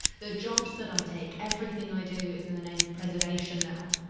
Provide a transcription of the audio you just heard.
the jobs that i take, everything i do is in the name of preservation now,